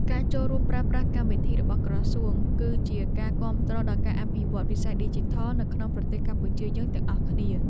ការចូលរួមប្រើប្រាស់កម្មវិធីរបស់ក្រសួង គឺជាការគាំទ្រដល់ការអភិវឌ្ឍន៍វិស័យឌីជីថលនៅក្នុងប្រទេសកម្ពុជាយើងទាំងអស់គ្នា។